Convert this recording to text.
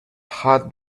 had